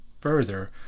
further